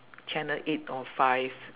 channel eight or five